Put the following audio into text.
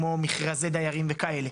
כמו מכרזי דיירים וכאלה.